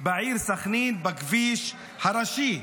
בעיר סח'נין בכביש הראשי.